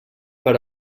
per